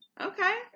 Okay